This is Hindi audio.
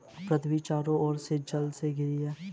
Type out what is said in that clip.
पृथ्वी चारों ओर से जल से घिरी है